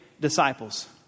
disciples